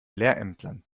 lehrämtlern